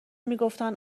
میگفتن